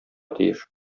тиеш